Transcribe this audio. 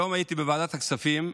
היום הייתי בוועדת הכספים,